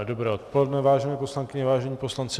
Dobré odpoledne, vážené poslankyně, vážení poslanci.